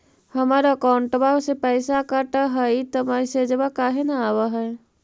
हमर अकौंटवा से पैसा कट हई त मैसेजवा काहे न आव है?